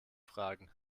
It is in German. fragen